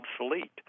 obsolete